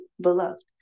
Beloved